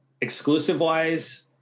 Exclusive-wise